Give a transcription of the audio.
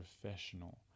professional